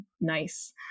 nice